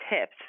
tips